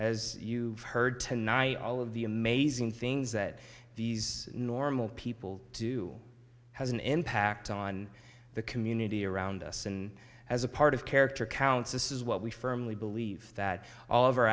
as you've heard tonight all of the amazing things that these normal people do has an impact on the community around us and as a part of character counts this is what we firmly believe that all of our